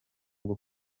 bwo